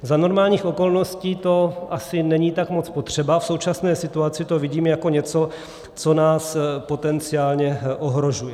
Za normálních okolností to asi není tak moc potřeba, v současné situaci to vidím jako něco, co nás potenciálně ohrožuje.